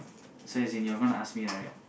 says you're gonna ask me right